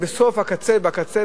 בקצה,